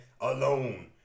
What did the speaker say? alone